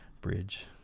Bridge